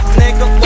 nigga